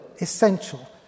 essential